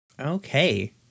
Okay